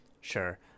sure